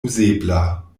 uzebla